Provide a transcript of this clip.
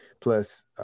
Plus